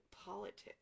politics